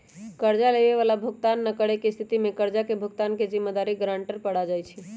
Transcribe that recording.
कर्जा लेबए बला भुगतान न करेके स्थिति में कर्जा के भुगतान के जिम्मेदारी गरांटर पर आ जाइ छइ